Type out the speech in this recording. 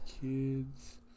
Kids